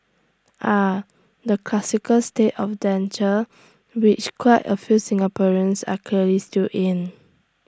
ah the classic state of danger which quite A few Singaporeans are clearly still in